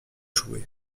jouer